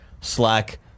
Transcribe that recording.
Slack